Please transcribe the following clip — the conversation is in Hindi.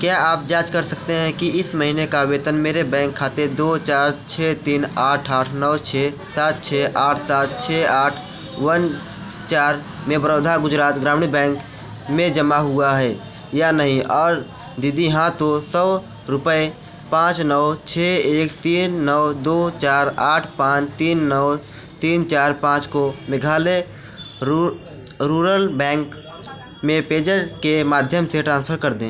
क्या आप जाँच कर सकते हैं कि इस महीने का वेतन मेरे बैंक खाते दो चार छः तीन आठ आठ नौ छः सात छः आठ सात छः आठ वन चार में बड़ौदा गुजरात ग्रामीण बैंक में जमा हुआ है या नहीं और यदि हाँ तो सौ रुपये पाँच नौ छः एक तीन नौ दो चार आठ पाँच तीन नौ तीन चार पाँच को मेघालय रू रूरल बैंक में पेज़ैप के माध्यम से ट्रांसफ़र कर दें